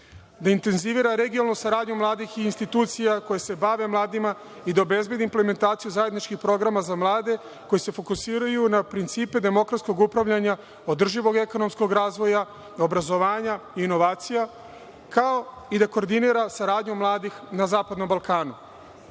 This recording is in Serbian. Deintenzivira regionalnu saradnju mladih i institucija koja se bave mladima i da obezbedi implementaciju zajedničkih programa za mlade, koje se fokusiraju na principe demokratskog upravljanja, održivog ekonomskog razvoja, obrazovanja, inovacija, kao i da koordinira saradnjom mladih regiona Zapadnog Balkana. Kada